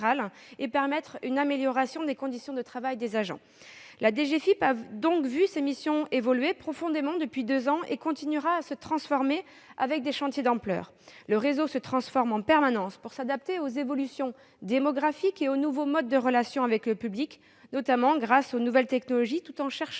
et permettre une amélioration des conditions de travail des agents. La DGFiP voit donc ses missions évoluer profondément depuis deux ans et continuera à se transformer avec des chantiers d'ampleur. Le réseau se transforme en permanence pour s'adapter aux évolutions démographiques et aux nouveaux modes de relation avec le public, liés notamment aux nouvelles technologies, tout en cherchant